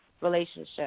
relationship